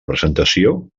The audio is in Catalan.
presentació